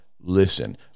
listen